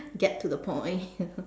get to the point you know